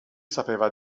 sapeva